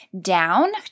down